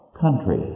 country